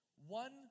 One